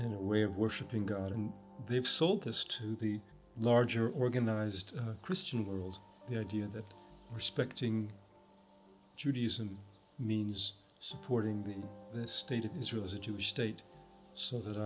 in a way of worshipping god and they have sold this to the larger organized christian world the idea that respecting judy's and means supporting the state of israel as a jewish state so